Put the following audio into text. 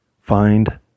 find